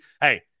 hey